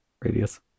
radius